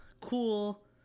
cool